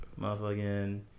Motherfucking